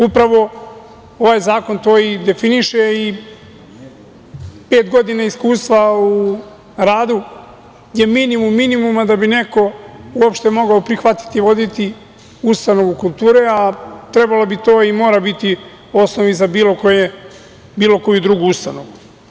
Upravo ovaj zakon to i definiše i pet godina iskustva u radu je minimum minimuma da bi neko uopšte mogao prihvatiti i voditi ustanovu kulture, a trebalo bi to i mora biti u osnovi za bilo koju drugu ustanovu.